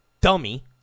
dummy